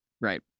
right